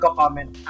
comment